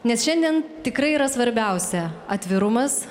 nes šiandien tikrai yra svarbiausia atvirumas